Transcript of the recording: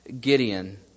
Gideon